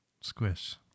Squish